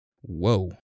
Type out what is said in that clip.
whoa